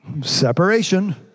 Separation